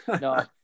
no